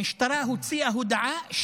המשטרה הוציאה הודעה,